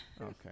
Okay